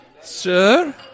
Sir